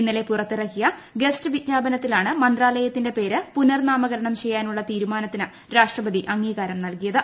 ഇന്നലെ പുറത്തിറക്കിയ ഗസറ്റ് വിജ്ഞാപനത്തിലാണ് മന്ത്രാലയത്തിന്റെ പേര് പുനർനാമകരണം ചെയ്യാനുള്ള തീരുമാനത്തിന് രാഷ്ട്രപതി അംഗീകാരം നല്കിയത്